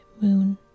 moon